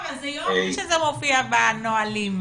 איזה יופי שזה מופיע בנהלים.